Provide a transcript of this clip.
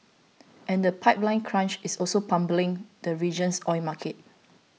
and the pipeline crunch is also pummelling the region's oil market